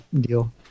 deal